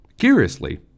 Curiously